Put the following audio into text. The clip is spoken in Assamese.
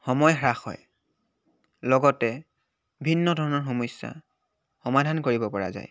সময় হ্ৰাস লগতে ভিন্ন ধৰণৰ সমস্যা সমাধান কৰিব পৰা যায়